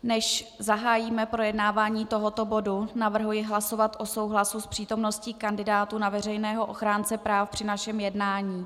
Než zahájíme projednávání tohoto bodu, navrhuji hlasovat o souhlasu s přítomností kandidátů na veřejného ochránce práv při našem jednání.